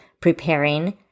preparing